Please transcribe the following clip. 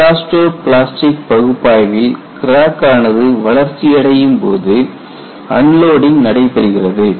elasto plastic பகுப்பாய்வில் crack ஆனது வளர்ச்சி அடையும்போது அன்லோடிங் நடைபெறுகிறது